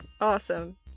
Awesome